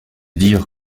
dire